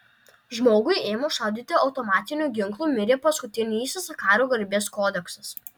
žmogui ėmus šaudyti automatiniu ginklu mirė paskutinysis kario garbės kodeksas